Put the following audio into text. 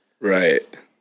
Right